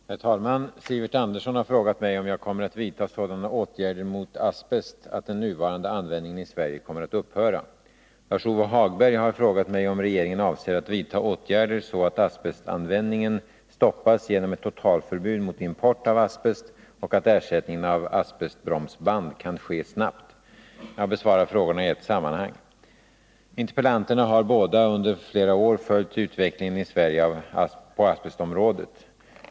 Herr talman! Sivert Andersson har frågat mig om jag kommer att vidta sådana åtgärder mot asbest att den nuvarande användningen i Sverige kommer att upphöra. Lars-Ove Hagberg har frågat mig om regeringen avser att vidta åtgärder så att asbestanvändningen stoppas genom ett totalförbud mot import av asbest och att ersättningen av asbestbromsband kan ske snabbt. Jag besvarar frågorna i ett sammanhang. Interpellanterna har båda under flera år följt utvecklingen i Sverige på asbestområdet.